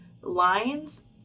lines